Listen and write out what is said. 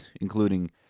including